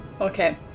Okay